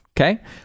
Okay